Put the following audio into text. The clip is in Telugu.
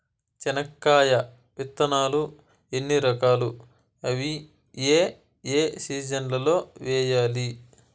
చెనక్కాయ విత్తనాలు ఎన్ని రకాలు? అవి ఏ ఏ సీజన్లలో వేయాలి?